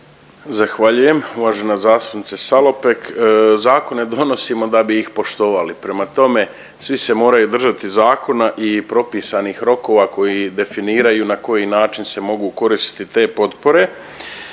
Zahvaljujem uvažena zastupnice Salopek. Zakone donosimo da bi ih poštovali, prema tome, svi se moraju držati zakona i propisanih rokova koji definiraju na koji način se mogu koristiti te potpore,